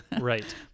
Right